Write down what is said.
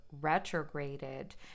retrograded